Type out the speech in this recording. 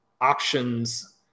options